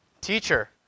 Teacher